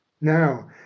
Now